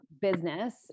business